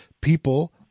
people—